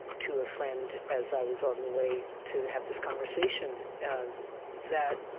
to a friend as i was on the way to have this conversation that